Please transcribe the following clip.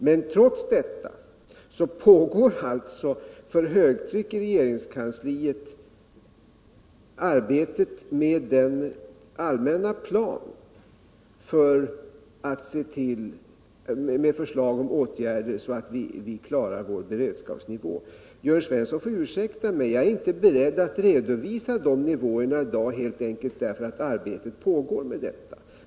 Men trots detta pågår alltså arbetet i regeringskansliet för högtryck med den allmänna planen med förslag till åtgärder för att kunna klara vår beredskapsnivå. Jörn Svensson får ursäkta att jag inte är beredd att redovisa dessa nivåer i dag helt enkelt därför att arbetet med dem pågår.